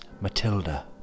Matilda